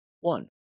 one